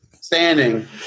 standing